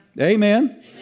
Amen